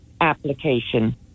application